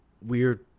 weird